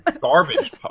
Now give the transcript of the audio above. garbage